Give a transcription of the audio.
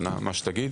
שנה - מה שתגיד